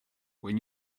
when